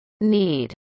Need